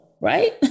Right